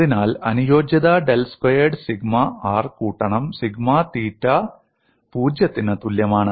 അതിനാൽ അനുയോജ്യത del squared sigma r കൂട്ടണം സിഗ്മ തീറ്റ 0 ത്തിന് തുല്യമാണ്